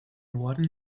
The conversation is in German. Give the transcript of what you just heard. norden